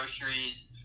groceries